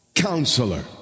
counselor